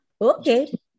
okay